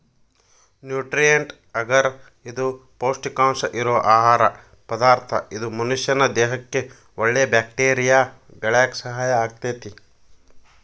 nutrient ಅಗರ್ ಇದು ಪೌಷ್ಟಿಕಾಂಶ ಇರೋ ಆಹಾರ ಪದಾರ್ಥ ಇದು ಮನಷ್ಯಾನ ದೇಹಕ್ಕಒಳ್ಳೆ ಬ್ಯಾಕ್ಟೇರಿಯಾ ಬೆಳ್ಯಾಕ ಸಹಾಯ ಆಗ್ತೇತಿ